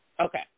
Okay